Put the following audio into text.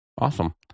Awesome